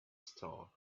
star